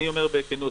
אני אומר בכנות,